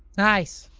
nice.